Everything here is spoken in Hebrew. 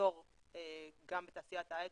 מחסור גם בתעשיית ההייטק,